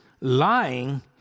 Lying